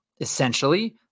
Essentially